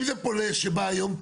אם זה פולש שבא היום,